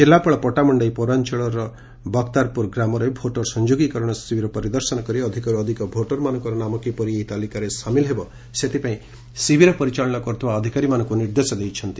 ଜିଲ୍ଲାପାଳ ପଟାମୁଖାଇ ପୌରାଅଳର ବକ୍ତାରପୁର ଗ୍ରାମରେ ଭୋଟର ସଂଯୋଗୀକରଣ ଶିବିର ପରିଦର୍ଶନ କରି ଅଧ୍ ଭୋଟରମାନଙ୍କର ନାମ କିପରି ଏହି ତାଲିକାରେ ସାମିଲ୍ ହେବ ସେଥପାଇଁ ଶିବିର ପରିଚାଳନା କରୁଥିବା ଅଧିକାରୀମାନଙ୍କୁ ନିର୍ଦ୍ଦେଶ ଦେଇଛନ୍ତି